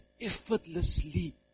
effortlessly